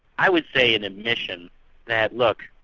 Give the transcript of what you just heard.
i would say, an admission that look,